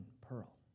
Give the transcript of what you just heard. pearl